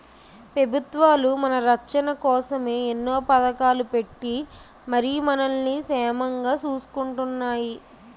పెబుత్వాలు మన రచ్చన కోసమే ఎన్నో పదకాలు ఎట్టి మరి మనల్ని సేమంగా సూసుకుంటున్నాయి